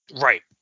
Right